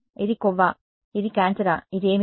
ఇది కొవ్వా ఇది క్యాన్సరా ఇది ఏమిటి